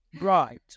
Right